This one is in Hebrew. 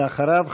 ואחריו,